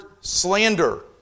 slander